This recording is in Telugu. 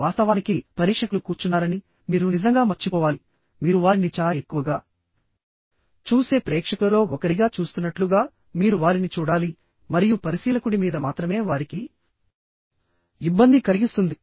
వాస్తవానికి పరీక్షకులు కూర్చున్నారని మీరు నిజంగా మర్చిపోవాలి మీరు వారిని చాలా ఎక్కువగా చూసే ప్రేక్షకులలో ఒకరిగా చూస్తున్నట్లుగా మీరు వారిని చూడాలి మరియు పరిశీలకుడి మీద మాత్రమే వారికి ఇబ్బంది కలిగిస్తుంది